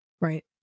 right